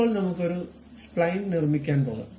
ഇപ്പോൾ നമുക്ക് ഒരു സ്പ്ലൈൻ നിർമ്മിക്കാൻ പോകാം